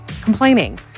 complaining